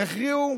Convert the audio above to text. הכריעו